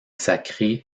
sacrés